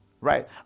Right